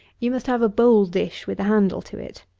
you must have a bowl-dish with a handle to it.